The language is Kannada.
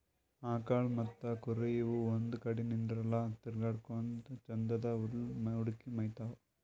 ಆಕಳ್ ಮತ್ತ್ ಕುರಿ ಇವ್ ಒಂದ್ ಕಡಿ ನಿಂದ್ರಲ್ಲಾ ತಿರ್ಗಾಡಕೋತ್ ಛಂದನ್ದ್ ಹುಲ್ಲ್ ಹುಡುಕಿ ಮೇಯ್ತಾವ್